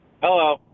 Hello